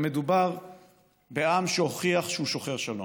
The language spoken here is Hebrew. הרי מדובר בעם שהוכיח שהוא שוחר שלום,